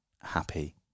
happy